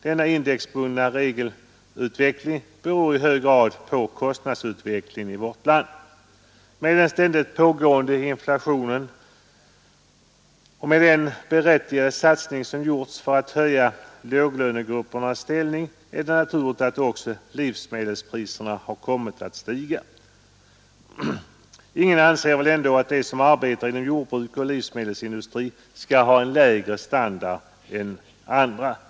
Denna indexbundna reglering beror i hög grad på kostnadsutvecklingen i vårt land. Med den ständigt pågående inflationen och med den berättigade satsning som gjorts för att höja låglönegruppens ställning är det naturligt att också livsmedelspriserna har kommit att stiga. Ingen anser väl ändå att de som arbetar inom jordbruk och livsmedelsindustri skall ha en lägre standard än andra.